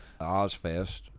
Ozfest